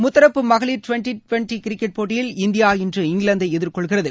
முத்தரப்பு மகளிர் twenty twenty cricket போட்டிகளில் இன்று இந்தியா இங்கிலாந்தை எதிர்கொள்கிறது